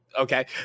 Okay